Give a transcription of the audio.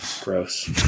Gross